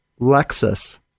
Lexus